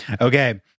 Okay